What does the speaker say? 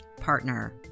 Partner